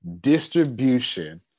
distribution